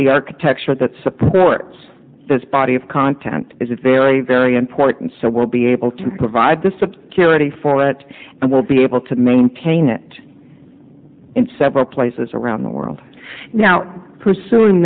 the architecture that supports this body of content is a very very important so we'll be able to provide this obscurity for what i will be able to maintain it in several places around the world now pursuing